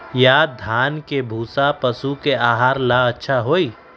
या धान के भूसा पशु के आहार ला अच्छा होई?